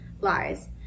lies